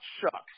Shucks